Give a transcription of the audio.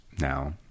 now